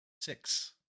six